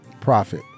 profit